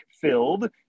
filled